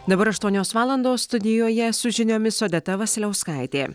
dabar aštuonios valandos studijoje su žiniomis odeta vasiliauskaitė